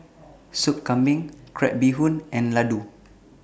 Sup Kambing Crab Bee Hoon and Laddu